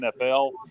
NFL